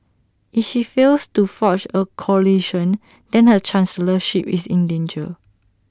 if she fails to forge A coalition then her chancellorship is in danger